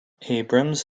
abrams